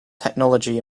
technology